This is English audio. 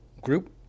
group